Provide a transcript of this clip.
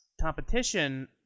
competition